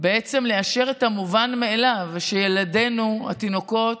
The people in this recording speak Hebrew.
בעצם לאשר את המובן מאליו, ושילדינו התינוקות,